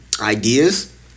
ideas